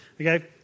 okay